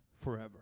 forever